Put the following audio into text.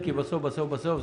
בסופו של דבר,